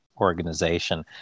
organization